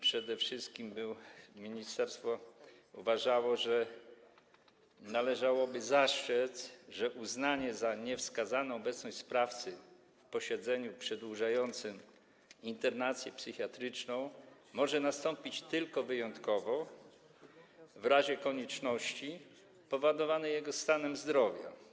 Przede wszystkim ministerstwo uważało, że należałoby zastrzec, że uznanie za niewskazaną obecności sprawcy na posiedzeniu przedłużającym internację psychiatryczną może nastąpić tylko wyjątkowo, w razie konieczności powodowanej jego stanem zdrowia.